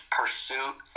pursuit